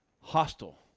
Hostile